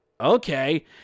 okay